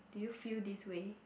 do you feel this way